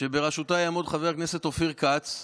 שבראשותה יעמוד חבר הכנסת אופיר כץ,